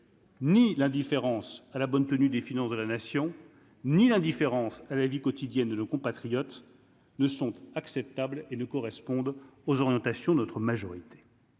Ni l'indifférence à la bonne tenue des finances de la nation, ni l'indifférence à la vie quotidienne de nos compatriotes ne sont acceptables et ne correspondent aux orientations notre majorité